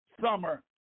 summer